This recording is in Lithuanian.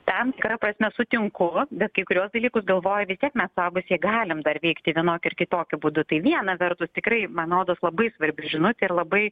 tam tikra prasme sutinku bet kai kuriuos dalykus galvoju vis tiek mes suaugusie galim dar veikti vienokiu ar kitokiu būdu tai viena vertus tikrai man rodos labai svarbi žinutė ir labai